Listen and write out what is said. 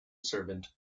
servant